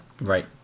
Right